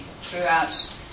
throughout